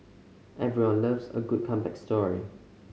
everyone loves a good comeback story